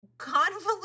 convoluted